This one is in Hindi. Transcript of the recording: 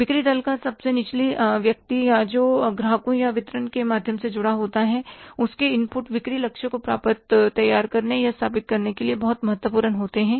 बिक्री दल का सबसे निचले व्यक्ति जो या तो ग्राहकों या वितरण के माध्यम से जुड़ा होता है उसके इनपुट बिक्री लक्ष्य को तैयार करने या स्थापित करने के लिए बहुत महत्वपूर्ण होते हैं